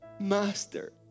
Master